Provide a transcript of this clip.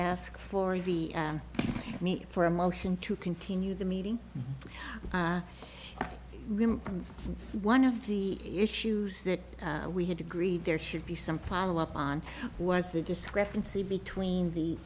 ask for the meat for a motion to continue the meeting one of the issues that we had agreed there should be some follow up on was the discrepancy between the